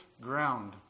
ground